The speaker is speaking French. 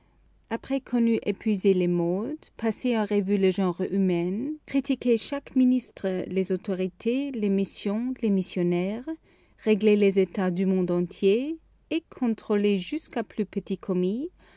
après qu'on eut épuisé les modes passé en revue le genre humain critiqué chaque ministre les autorités les missions les missionnaires réglé les états du monde entier et contrôlé jusqu'au plus petit commis